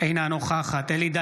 אינה נוכחת אלי דלל,